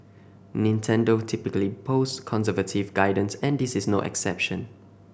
Nintendo typically posts conservative guidance and this is no exception